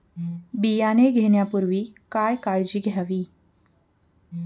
बियाणे घेण्यापूर्वी काय काळजी घ्यावी?